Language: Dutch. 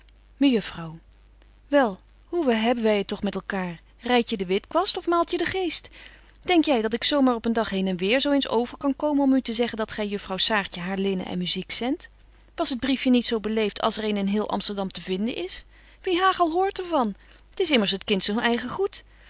mejuffrouw wel hoe hebben wy het toch met elkâer ryd je de witkwast of maalt je de geest denk jy dat ik zo maar op een dag heen en weêr zo eens over kan komen om u te zeggen dat gy juffrouw saartje haar linnen en muziek zendt was het briefje niet zo beleeft als er een in heel amsterdam te vinden is wie hagel hoort er van t is immers het kind zyn eigen goed